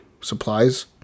supplies